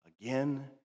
again